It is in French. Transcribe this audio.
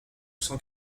cent